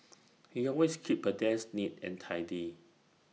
he always keeps her desk neat and tidy